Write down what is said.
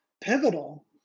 pivotal